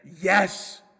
Yes